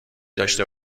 داشته